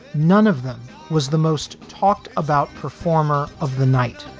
none of them was the most talked about performer of the night.